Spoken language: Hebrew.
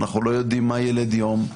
לא יודעים מה ילד יום.